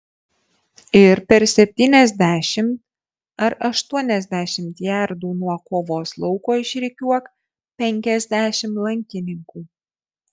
ir per septyniasdešimt ar aštuoniasdešimt jardų nuo kovos lauko išrikiuok penkiasdešimt lankininkų